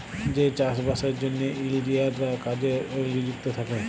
যে চাষ বাসের জ্যনহে ইলজিলিয়াররা কাজে লিযুক্ত থ্যাকে